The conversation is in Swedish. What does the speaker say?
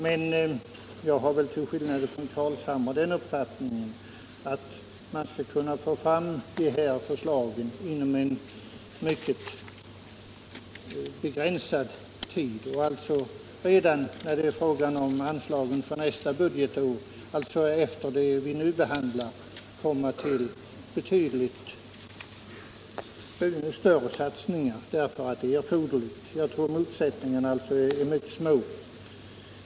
Men jag har till skillnad från herr Carlshamre den uppfattningen att man bör kunna få fram de här förslagen inom en mycket begränsad tid och att vi alltså redan när det gäller anslaget för budgetåret efter det som vi nu behandlar bör kunna komma fram till betydligt större satsningar därför att det är erforderligt. Jag tror att motsättningarna är mycket små.